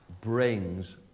brings